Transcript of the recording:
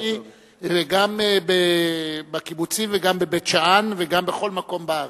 וגם בקיבוצים וגם בבית-שאן וגם בכל מקום בארץ.